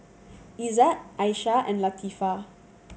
Izzat Aisyah and Latifa